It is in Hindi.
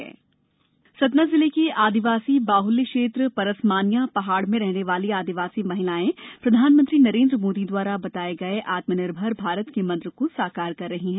महिलाए आत्मनिर्भर सतना जिले के आदिवासी बाहुल्य क्षेत्र परसमानिया पहाड़ में रहने वाली आदिवासी महिलाए प्रधानमंत्री नरेन्द्र मोदी द्वारा बताए गए आत्मनिर्भर भारत के मंत्र को साकार कर रही है